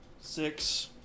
six